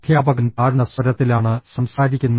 അദ്ധ്യാപകൻ താഴ്ന്ന സ്വരത്തിലാണ് സംസാരിക്കുന്നത്